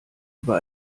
über